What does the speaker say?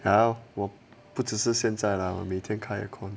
well 我不只是现在 lah 我每天开 aircon